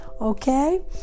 Okay